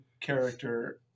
character